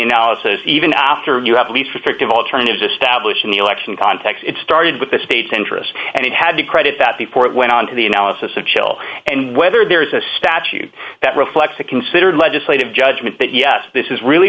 analysis even after you have least effective alternatives establishing the election context it started with the state's interest and you had to credit that before it went on to the analysis of jail and whether there is a statute that reflects the considered legislative judgment that yes this is really